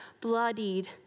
bloodied